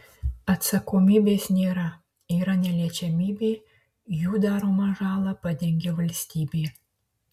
atsakomybės nėra yra neliečiamybė jų daromą žalą padengia valstybė